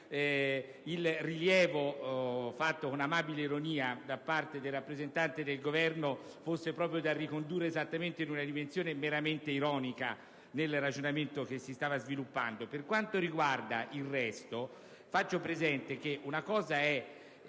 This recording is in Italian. il rilievo fatto con amabile ironia dal rappresentante del Governo fosse da ricondurre esattamente in una dimensione meramente ironica nel ragionamento che si stava sviluppando. Per quanto riguarda il resto, faccio presente che una cosa è